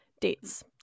dates